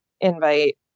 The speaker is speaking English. invite